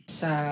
sa